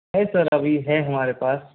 है सर अभी है हमारे पास